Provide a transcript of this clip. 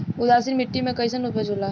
उदासीन मिट्टी में कईसन उपज होला?